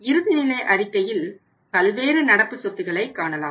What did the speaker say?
இறுதிநிலை அறிக்கையில் பல்வேறு நடப்பு சொத்துக்களை காணலாம்